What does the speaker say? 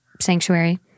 Sanctuary